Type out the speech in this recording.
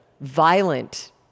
violent